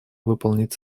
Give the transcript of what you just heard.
выполнить